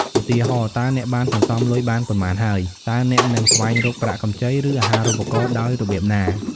ឧទាហរណ៍ តើអ្នកបានសន្សំលុយបានប៉ុន្មានហើយ? តើអ្នកនឹងស្វែងរកប្រាក់កម្ចី ឬអាហារូបករណ៍ដោយរបៀបណា?